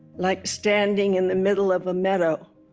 like standing in the middle of a meadow